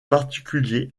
particulier